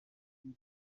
turi